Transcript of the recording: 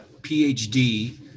PhD